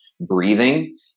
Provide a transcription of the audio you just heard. breathing